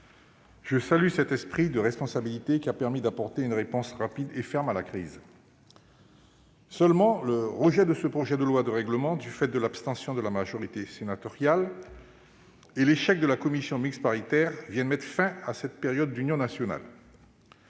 Je salue cet esprit de responsabilité, qui a permis d'apporter une réponse rapide et ferme à la crise. Seulement, le rejet de ce projet de loi de règlement du fait de l'abstention de la majorité sénatoriale et l'échec de la commission mixte paritaire viennent mettre fin à cette période d'union nationale.